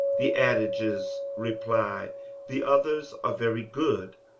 the adages, reply the others, are very good.